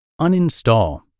uninstall